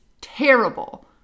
terrible